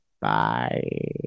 Bye